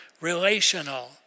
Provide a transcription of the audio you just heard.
relational